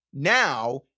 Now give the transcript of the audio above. Now